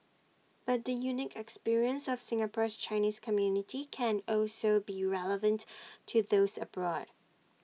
but the unique experience of Singapore's Chinese community can also be relevant to those abroad